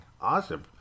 Awesome